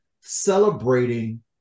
celebrating